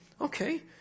Okay